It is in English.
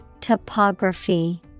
Topography